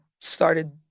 started